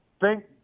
Thank